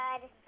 Good